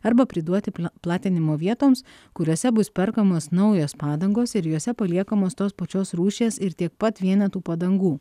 arba priduoti platinimo vietoms kuriuose bus perkamos naujos padangos ir juose paliekamos tos pačios rūšies ir tiek pat vienetų padangų